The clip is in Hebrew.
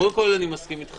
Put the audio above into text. קודם כול, אני מסכים איתך.